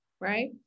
right